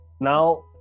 now